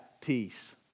peace